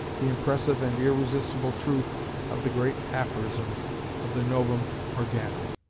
the impressive and irresistible truth of the great aphorisms of the novum organum.